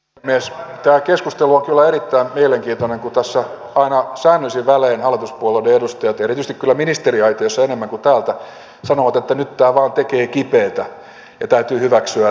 tämä keskustelu on kyllä erittäin mielenkiintoinen kun tässä aina säännöllisin välein hallituspuolueiden edustajat ja erityisesti kyllä ministeriaitiosta enemmän kuin täältä sanovat että nyt tämä vain tekee kipeätä ja täytyy hyväksyä että on kipeätä ja nyt ei ole liikkumatilaa